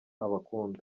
abakunda